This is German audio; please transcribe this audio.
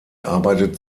arbeitet